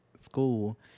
school